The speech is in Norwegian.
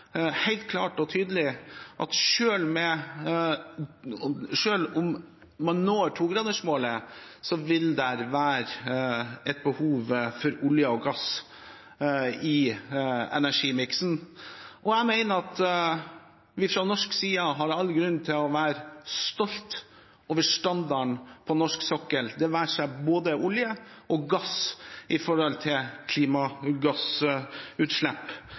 klart og tydelig at selv om man når 2-gradersmålet, vil det være et behov for olje og gass i energimiksen. Jeg mener at vi fra norsk side har all grunn til å være stolte over standarden på norsk sokkel, det være seg både olje og gass, med tanke på klimagassutslipp.